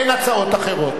אין הצעות אחרות.